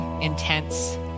intense